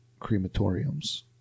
crematoriums